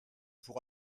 pour